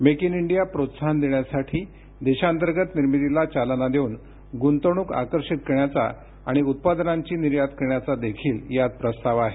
make in India प्रोत्साहन देण्यासाठी देशांतर्गत निर्मितीला चालना देऊन गुंतवणुक आकर्षित करण्याचा आणि उत्पादनांची निर्यात करण्याचा देखील यात प्रस्ताव आहे